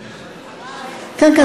כן כן,